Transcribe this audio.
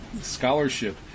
scholarship